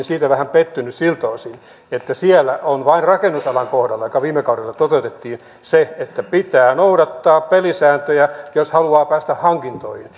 siitä vähän pettynyt siltä osin että siellä on vain rakennusalan kohdalla joka viime kaudella toteutettiin se että pitää noudattaa pelisääntöjä jos haluaa päästä hankintoihin